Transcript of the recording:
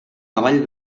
cavall